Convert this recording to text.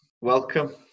Welcome